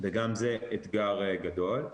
וגם זה אתגר גדול.